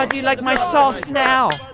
um you like my sauce now?